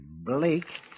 Blake